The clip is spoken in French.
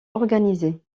organisées